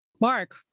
Mark